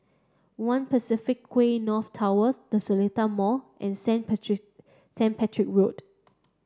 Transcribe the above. one Quay North Towers the Seletar Mall and Saint Patrick Saint Patrick Road